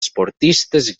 esportistes